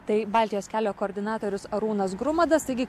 tai baltijos kelio koordinatorius arūnas grumadas taigi